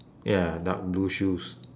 ya dark blue shoes